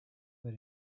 but